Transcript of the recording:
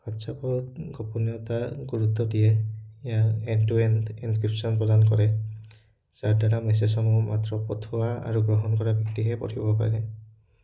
হোৱাটছআপত গোপনীয়তা গুৰুত্ব দিয়ে ইয়াত এণ্ড টু এণ্ড এনক্ৰিপশ্যন প্ৰদান কৰে যাৰদ্বাৰা মেছেজসমূহ মাত্ৰ পঠিওৱা আৰু গ্ৰহণ কৰা ব্যক্তিয়েহে পঢ়িব পাৰে